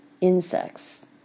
insects